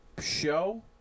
Show